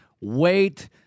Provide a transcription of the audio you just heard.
wait